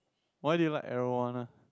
why did you like arowana